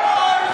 אחריות